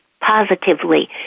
positively